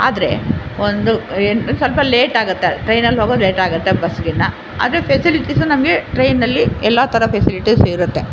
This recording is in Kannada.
ಆದರೆ ಒಂದು ಏನು ಒನ್ ಸ್ವಲ್ಪ ಲೇಟಾಗುತ್ತೆ ಟ್ರೈನಲ್ಲಿ ಹೋಗೋದು ಲೇಟಾಗುತ್ತೆ ಬಸ್ಗಿಂತ ಆದರೆ ಫೆಸಿಲಿಟೀಸ್ ನಮಗೆ ಟ್ರೈನ್ನಲ್ಲಿ ಎಲ್ಲ ಥರ ಫೆಸಿಲಿಟೀಸ್ ಇರುತ್ತೆ